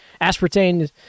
Aspartame